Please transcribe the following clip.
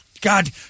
God